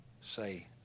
say